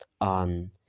on